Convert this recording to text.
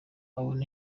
abona